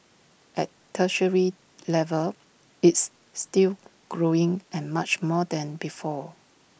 at tertiary level it's still growing and much more than before